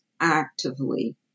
actively